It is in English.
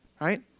right